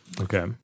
okay